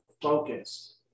focused